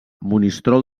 monistrol